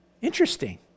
Interesting